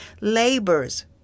labors